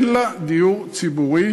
אין לה דיור ציבורי